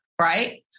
Right